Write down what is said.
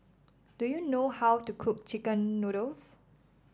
do you know how to cook chicken noodles